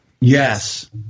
Yes